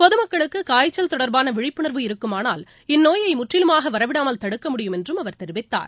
பொதுமக்களுக்கு காய்ச்சல் தொடர்பான விழிப்புணர்வு இருக்குமானால் இந்நோயை முற்றிலுமாக வரவிடாமல் தடுக்க முடியும் என்றும் அவர் தெரிவித்தார்